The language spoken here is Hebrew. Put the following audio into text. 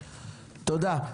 תודה.